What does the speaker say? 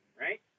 right